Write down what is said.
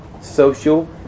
social